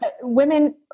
Women